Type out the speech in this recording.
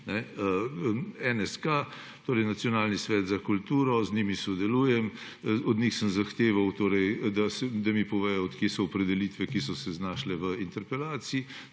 govorite. Z Nacionalnim svetom za kulturo sodelujem. Od njih sem zahteval, da mi povedo, od kje so opredelitve, ki so se znašle v interpelaciji,